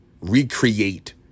Recreate